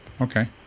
okay